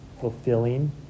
fulfilling